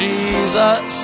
Jesus